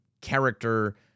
character